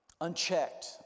unchecked